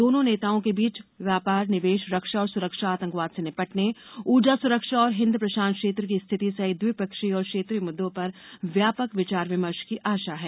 दोनों नेताओं के बीच व्यापार निवेश रक्षा और सुरक्षा आतंकवाद से निपटने ऊर्जा सुरक्षा और हिंद प्रशांत क्षेत्र की स्थिति सहित द्विपक्षीय और क्षेत्रीय मुद्दों पर व्यापक विचार विमर्श की आशा है